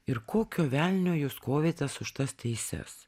ir kokio velnio jūs kovėtės už tas teises